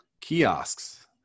Kiosks